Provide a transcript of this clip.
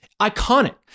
Iconic